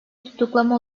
tutuklama